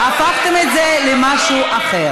אבל זה לא מה שאמרת.